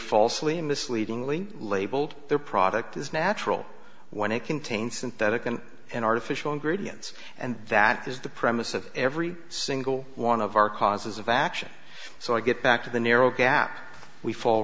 falsely misleadingly labeled their product as natural when it contains synthetic and an artificial ingredients and that is the premise of every single one of our causes of action so i get back to the narrow gap we fall